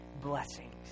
blessings